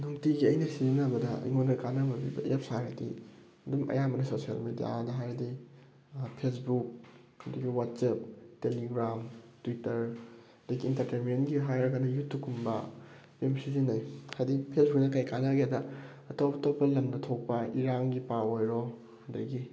ꯅꯨꯡꯇꯤꯒꯤ ꯑꯩꯅ ꯁꯤꯖꯤꯟꯅꯕꯗ ꯑꯩꯉꯣꯟꯗ ꯀꯥꯅꯕ ꯄꯤꯕ ꯑꯦꯞꯁ ꯍꯥꯏꯔꯗꯤ ꯑꯗꯨꯝ ꯑꯌꯥꯝꯕꯅ ꯁꯣꯁꯤꯌꯦꯜ ꯃꯦꯗꯤꯌꯥꯗ ꯍꯥꯏꯔꯗꯤ ꯐꯦꯁꯕꯨꯛ ꯑꯗꯨꯗꯒꯤ ꯋꯥꯆꯦꯞ ꯇꯦꯂꯤꯒ꯭ꯔꯥꯝ ꯇ꯭ꯋꯤꯇꯔ ꯑꯗꯩ ꯏꯟꯇꯔꯇꯦꯟꯃꯦꯟꯒꯤ ꯍꯥꯏꯔꯒꯅ ꯌꯨꯇ꯭ꯌꯨꯕꯀꯨꯝꯕ ꯑꯗꯨꯝ ꯁꯤꯖꯤꯟꯅꯩ ꯍꯥꯏꯗꯤ ꯐꯦꯁꯕꯨꯛꯅ ꯀꯩ ꯀꯥꯅꯒꯦꯗ ꯑꯇꯣꯞ ꯑꯇꯣꯞꯄ ꯂꯝꯗ ꯊꯣꯛꯄ ꯏꯔꯥꯡꯒꯤ ꯄꯥꯎ ꯑꯣꯏꯔꯣ ꯑꯗꯒꯤ